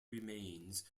remains